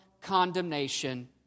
condemnation